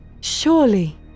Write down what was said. Surely